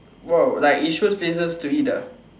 !wow! like it shows places to eat ah